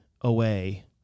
away